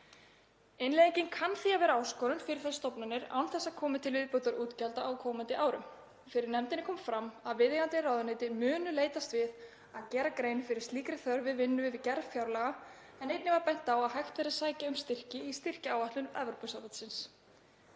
Innleiðingin kann því að vera áskorun fyrir þær stofnanir án þess að komi til viðbótarútgjalda á komandi árum. Fyrir nefndinni kom fram að viðeigandi ráðuneyti muni leitast við að gera grein fyrir slíkri þörf við vinnu við gerð fjárlaga en einnig var bent á að hægt væri að sækja um styrki í styrkjaáætlun Evrópusambandsins.